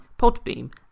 Podbeam